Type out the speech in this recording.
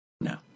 No